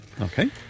Okay